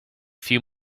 few